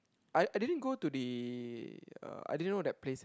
I I didn't go to the uh I didn't know that place